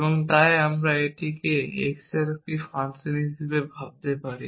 এবং তাই আমরা এটিকে x এর একটি ফাংশন হিসাবে ভাবতে পারি